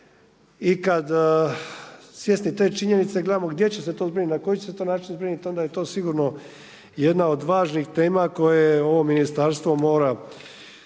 i kad svjesni te činjenice gledamo gdje će se to zbrinuti, na koji će se to način zbrinuti, onda je to sigurno jedna od važnih tema koje je ovo Ministarstvo mora